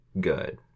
good